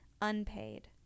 unpaid